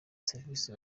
serivisi